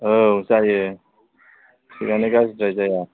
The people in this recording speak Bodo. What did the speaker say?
औ जायो थिगानो गाज्रिद्राय जाया